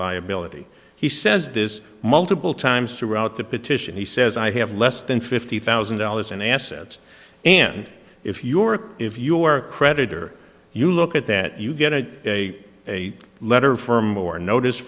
liability he says this multiple times throughout the petition he says i have less than fifty thousand dollars in assets and if you are if you are a creditor you look at that you get a a a letter firm or notice